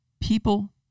people